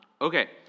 Okay